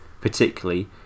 particularly